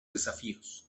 desafíos